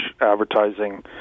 advertising